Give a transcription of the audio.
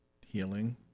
healing